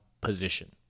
position